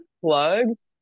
plugs